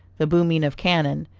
the booming of cannon,